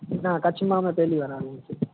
ના કચ્છમાં અમે પહેલી વાર આવીએ છીએ